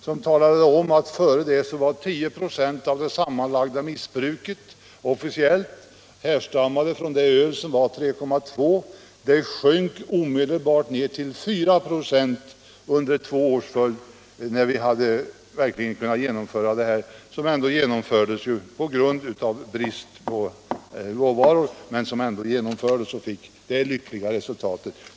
Den visar att före kriget härstammade 10 96 av det sammanlagda missbruket från det öl som innehöll 3,2 26 .Ölets andel av missbruket sjönk omedelbart till 4 96 efter ett par år sedan alkoholhalten hade sänkts till 2,8 26, en sänkning som genomfördes på grund av bristen på råvaror som alltså fick detta lyckliga resultat.